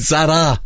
Zara